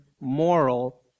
moral